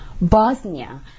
Bosnia